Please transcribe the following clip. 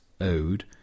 ode